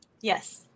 Yes